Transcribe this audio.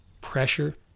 pressure